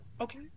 Okay